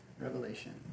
Revelation